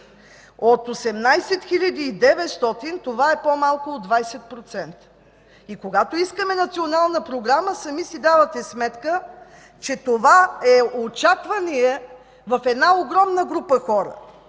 От 18 900 това е по-малко от 20%. Когато искаме национална програма, сами си давате сметка, че това е очакване в една огромна група хора